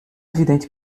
evidente